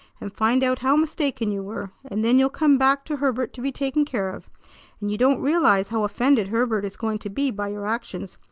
and find out how mistaken you were and then you'll come back to herbert to be taken care of. and you don't realize how offended herbert is going to be by your actions,